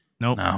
Nope